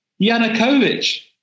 Yanukovych